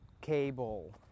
cable